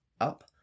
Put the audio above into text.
up